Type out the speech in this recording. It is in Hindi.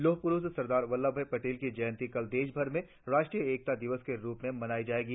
लौह प्रुष सरदार वल्लभभाई पटेल की जयंती कल देशभर में राष्ट्रीय एकता दिवस के रुप में मनाई जाएगी